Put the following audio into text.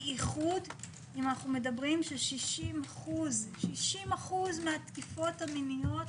בייחוד אם מדברים על כך ש-60% מהתקיפות המיניות